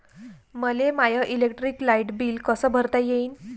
मले my electric light bill कस भरता येईल?